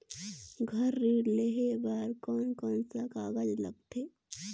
घर ऋण लेहे बार कोन कोन सा कागज लगथे?